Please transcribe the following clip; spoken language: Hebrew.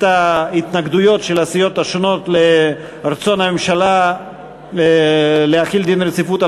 ההתנגדויות של הסיעות השונות לרצון הממשלה להחיל דין רציפות על